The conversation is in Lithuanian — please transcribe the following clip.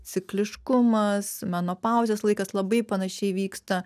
cikliškumas menopauzės laikas labai panašiai vyksta